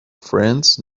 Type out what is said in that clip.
friends